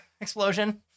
explosion